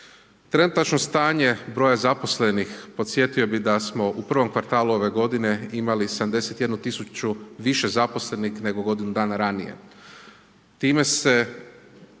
Trenutačno stanje broja zaposlenih, podsjetio bih da smo u prvom kvartalu ove godine imali 71 tisuću više zaposlenih nego godinu dana ranije.